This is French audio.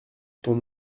ton